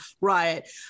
riot